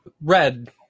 Red